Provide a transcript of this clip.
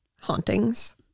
hauntings